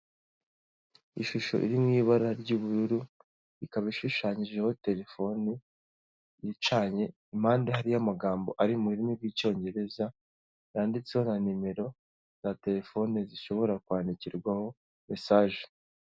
Ishusho iri mu ibara ry'ubururu ikaba ishushanyijeho telefone icanye, impande hariho amagambo ari mu rurimi rw'icyongereza yanditseho na nimero za telefoni zishobora kwandikirwaho mesaje.